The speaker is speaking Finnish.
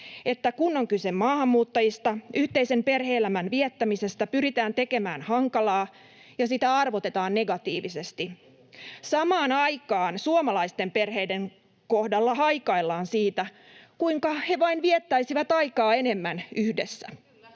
että kun on kyse maahanmuuttajista, yhteisen perhe-elämän viettämisestä pyritään tekemään hankalaa ja sitä arvotetaan negatiivisesti. Samaan aikaan suomalaisten perheiden kohdalla haikaillaan siitä, kuinka he vain viettäisivät aikaa enemmän yhdessä.